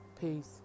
peace